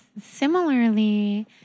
similarly